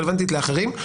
רלוונטית לאחרים.